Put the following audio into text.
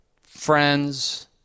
friends